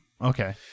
Okay